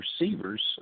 receivers